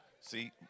See